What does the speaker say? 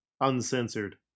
Uncensored